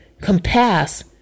compass